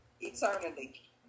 eternally